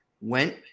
went